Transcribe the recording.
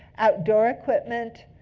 outdoor equipment,